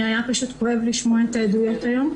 היה פשוט כואב לשמוע את העדויות היום.